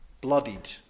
bloodied